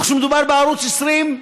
וכשמדובר בערוץ 20,